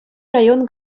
район